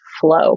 flow